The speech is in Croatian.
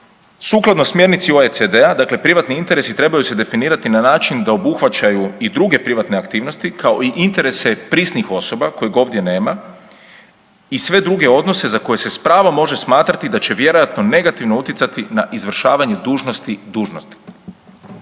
Sukladno smjernici OECD-a, dakle privatni interesi trebaju se definirati na način da obuhvaćaju i druge privatne aktivnosti kao i interese prisnih osoba kojih ovdje nema, i sve druge odnose za koje se s pravom može smatrati da će vjerojatno negativno utjecati na izvršavanje dužnosti, dužnost.